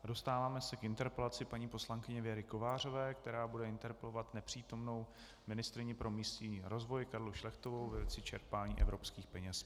Dostáváme se k interpelaci paní poslankyně Věry Kovářové, která bude interpelovat nepřítomnou ministryni pro místní rozvoj Karlu Šlechtovou ve věci čerpání evropských peněz.